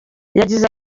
yagize